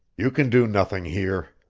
you can do nothing here.